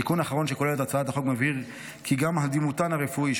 תיקון אחרון שכוללת הצעת החוק מבהיר כי גם הדימותן הרפואי,